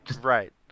Right